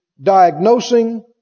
Diagnosing